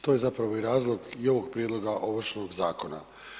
To je zapravo i razlog i ovog prijedloga Ovršnog zakona.